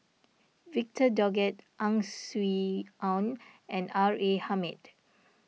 Victor Doggett Ang Swee Aun and R A Hamid